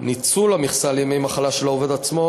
ניצול המכסה לימי מחלה של העובד עצמו,